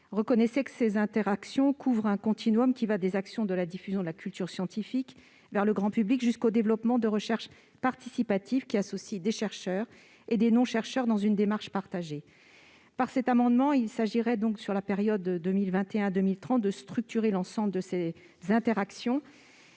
Reconnaissez que ces interactions couvrent un continuum qui va de la diffusion de la culture scientifique auprès du grand public jusqu'au développement de recherches participatives, en associant des chercheurs et des non-chercheurs dans une démarche partagée. Cet amendement vise à structurer l'ensemble de ces interactions